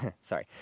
sorry